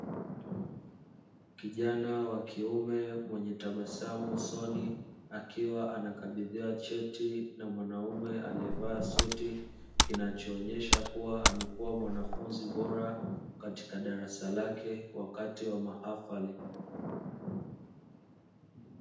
Kijana wa kiume mwenye tabasamu usoni, akiwa anakabidhiwa cheti na mwanaume aliyevaa suti, kinachoonesha kuwa amekuwa mwanafunzi bora katika darasa lake, wakati wa mahafali.